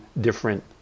different